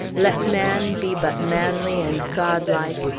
let man be but manly and godlike,